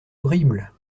horrible